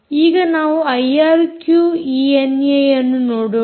ಈಗ ನಾವು ಐಆರ್ಕ್ಯೂ ಈಎನ್ಏಅನ್ನು ನೋಡೋಣ